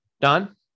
Don